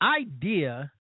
idea